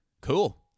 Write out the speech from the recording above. Cool